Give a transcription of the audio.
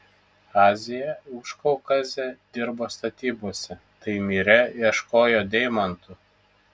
aziją užkaukazę dirbo statybose taimyre ieškojo deimantų